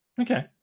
Okay